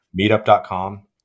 meetup.com